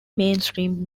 mainstream